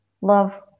Love